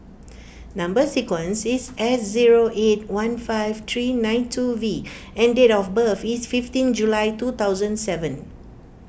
Number Sequence is S zero eight one five three nine two V and date of birth is fifteen July two thousand seven